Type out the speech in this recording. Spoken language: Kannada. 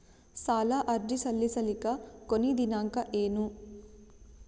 ಸಾಲ ಅರ್ಜಿ ಸಲ್ಲಿಸಲಿಕ ಕೊನಿ ದಿನಾಂಕ ಏನು?